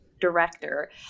Director